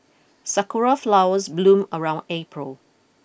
sakura flowers bloom around April